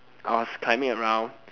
I was climbing around